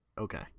Okay